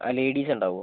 ആ ലേഡീസ് ഉണ്ടാവുമോ